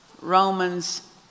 Romans